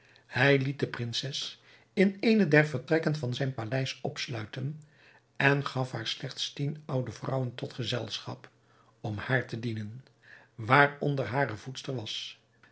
hij liet de prinses in eene der vertrekken van zijn paleis opsluiten en gaf haar slechts tien oude vrouwen tot gezelschap om haar te dienen waaronder hare voedster was